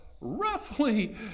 roughly